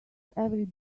every